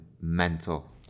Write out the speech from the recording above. mental